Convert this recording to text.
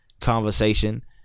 conversation